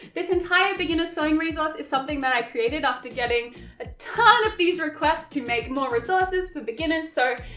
this entire beginner's sewing resource is something that i created after getting a tonne of these requests to make more resources for beginners, so,